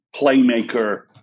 playmaker